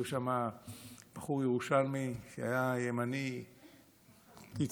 היה שם בחור ירושלמי שהיה ימני קיצוני,